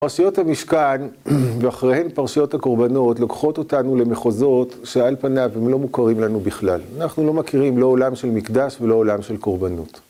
פרשיות המשכן, ואחריהן פרשיות הקורבנות, לוקחות אותנו למחוזות שעל פניו הם לא מוכרים לנו בכלל, אנחנו לא מכירים לא עולם של מקדש ולא עולם של קורבנות